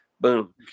Boom